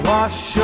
Wash